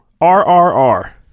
R-R-R